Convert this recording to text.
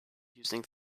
using